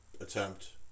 attempt